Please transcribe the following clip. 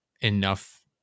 enough